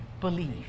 believe